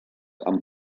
han